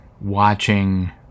watching